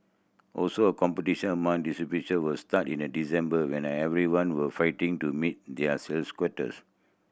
also a competition among distributor will start in December when everyone will fighting to meet their sales quotas